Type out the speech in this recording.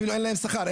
אפילו אין להם שכר,